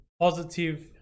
positive